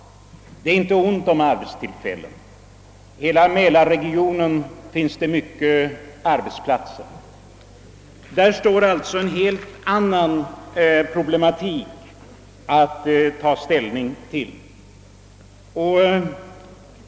Det är inte ont om arbetstillfällen i detta område. I hela mälarregionen finns det över huvud taget många arbetsplatser. Här föreligger alltså en helt annan problematik att ta ställning till.